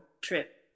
trip